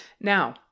Now